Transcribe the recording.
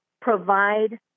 provide